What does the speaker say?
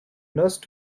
nurse